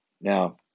Now